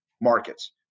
markets